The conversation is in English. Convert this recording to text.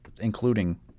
including